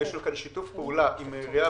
יש לנו כאן שיתוף פעולה עם העירייה,